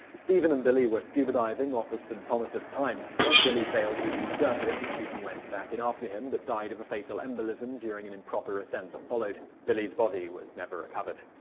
stephen and billy were scuba diving off of st. thomas at the time. when billy failed to resurface, stephen went back in after him but died of a fatal embolism during an improper ascent that followed. billy's body was never recovered.